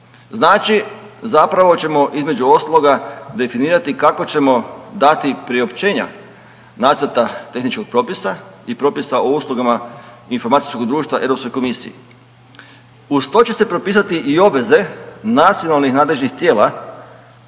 Znači zapravo ćemo između ostaloga definirati kako ćemo dati priopćenja nacrta tehničkog propisa i propisa o usluga informacijskog društva Europskoj komisiji. Uz to će se propisati i obveze nacionalnih nadležnih tijela